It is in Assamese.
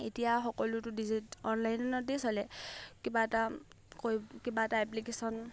এতিয়া সকলোতো ডিজি অনলাইনতেই চলে কিবা এটা কৰিব কিবা এটা এপ্লিকেশ্যন